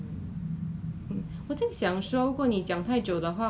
you can say that it's quite flexible lor like I can choose my own time